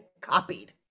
copied